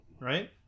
Right